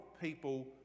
people